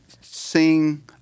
sing